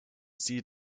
sie